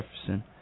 Jefferson